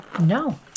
No